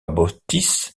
bootis